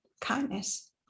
kindness